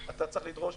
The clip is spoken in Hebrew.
אתה צריך לדרוש,